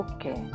Okay